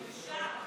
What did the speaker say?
זו בושה,